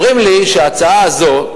אומרים לי שההצעה הזאת,